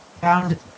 found